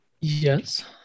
Yes